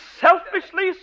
selfishly